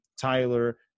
Tyler